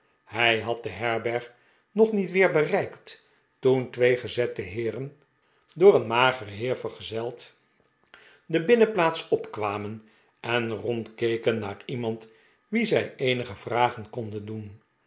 hij had de herberg nog niet weer bereikt toen twee gezette heeren door een mageren heer vergezeld de binnenplaats opkwamen en rondkeken naar iemand wien zij eenige vragen konden doen